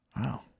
Wow